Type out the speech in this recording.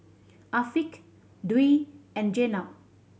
Afiq Dwi and Jenab